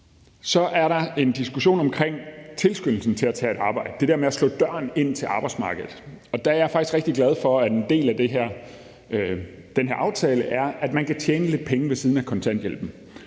Så er der en diskussion om tilskyndelsen til at tage et arbejde, det der med at slå døren ind til arbejdsmarkedet. Der er jeg faktisk rigtig glad for, at en del af den her tale er, at man kan tjene lidt penge ved siden af kontanthjælpen.